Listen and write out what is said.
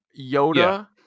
Yoda